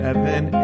Evan